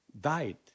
died